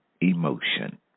emotion